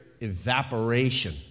evaporation